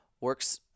works